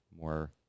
more